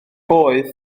boeth